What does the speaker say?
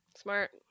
Smart